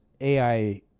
AI